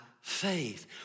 faith